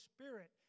Spirit